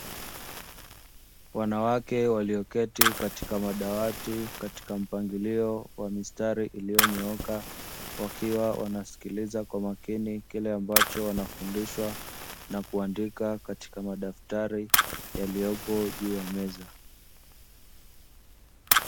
Wanawake walioketi katika madawati katika mpangilio wa mistari iliyonyooka wakiwa wanasikiliza kwa makini kile ambacho wanafundishwa na kuandika katika madaftari yaliyopo juu ya meza.